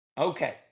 Okay